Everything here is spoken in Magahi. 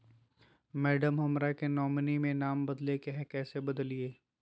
मैडम, हमरा के नॉमिनी में नाम बदले के हैं, कैसे बदलिए